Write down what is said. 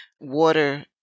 water